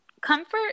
comfort